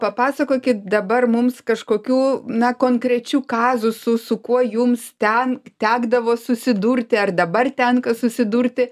papasakokit dabar mums kažkokių na konkrečių kazusų su kuo jums ten tekdavo susidurti ar dabar tenka susidurti